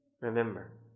remember